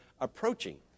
approaching